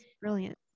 Brilliant